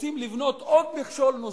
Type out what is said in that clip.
כל המכשולים האלה,